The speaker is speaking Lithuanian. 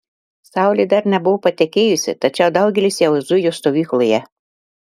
saulė dar nebuvo patekėjusi tačiau daugelis jau zujo stovykloje